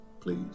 please